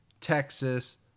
Texas